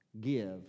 give